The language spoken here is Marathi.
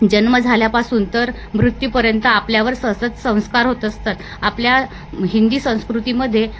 जन्म झाल्यापासून तर मृत्यूपर्यंत आपल्यावर सतत संस्कार होत असतात आपल्या हिंदी संस्कृतीमध्ये